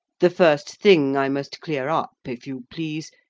the first thing i must clear up, if you please,